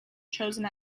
chosen